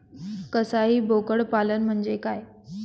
कसाई बोकड पालन म्हणजे काय?